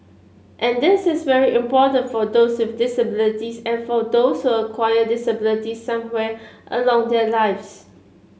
and this is very important for those with disabilities and for those acquire disabilities somewhere along their lives